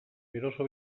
eroso